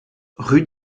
rue